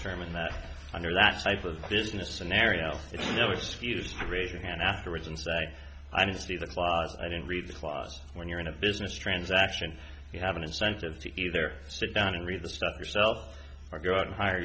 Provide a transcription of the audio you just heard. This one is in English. sermon that under that type of business an area it's no excuse to raise your hand afterwards and say i didn't see the i didn't read this was when you're in a business transaction you have an incentive to either sit down and read the stuff yourself or go out and hire